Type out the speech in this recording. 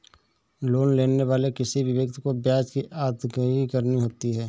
loan लेने वाले किसी भी व्यक्ति को ब्याज की अदायगी करनी होती है